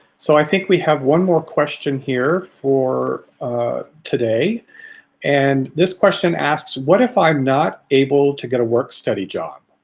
so, i think we have one more question here for today and this question asks what if i'm not able to get a work-study job?